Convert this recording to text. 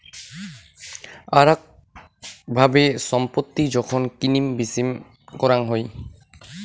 আরাক ভাবে ছম্পত্তি যখন কিনিম বেচিম করাং হই